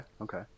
Okay